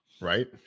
right